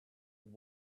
have